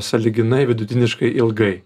sąlyginai vidutiniškai ilgai